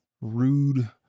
rude